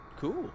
Cool